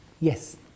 Yes